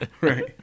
right